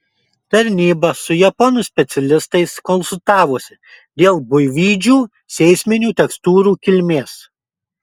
tarnyba su japonų specialistais konsultavosi dėl buivydžių seisminių tekstūrų kilmės